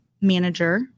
manager